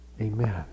Amen